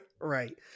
Right